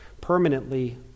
permanently